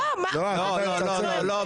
--- לא, לא, לא.